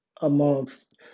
amongst